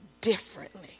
differently